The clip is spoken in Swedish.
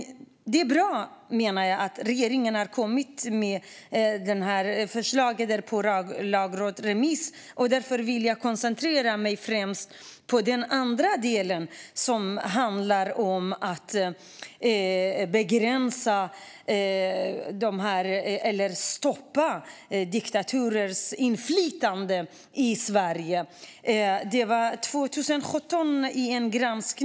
Det är bra att regeringen har kommit med en lagrådsremiss, så därför ska jag koncentrera mig på min andra fråga, den om att stoppa diktaturers inflytande i Sverige.